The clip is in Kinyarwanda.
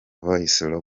voice